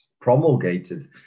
promulgated